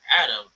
Adam